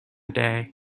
day